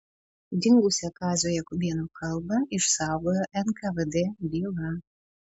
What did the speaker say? dingusią kazio jakubėno kalbą išsaugojo nkvd byla